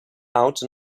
out